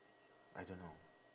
I don't know